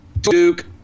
Duke